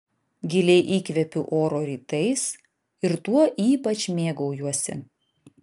giliai įkvepiu oro rytais ir tuo ypač mėgaujuosi